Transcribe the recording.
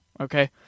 okay